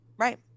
Right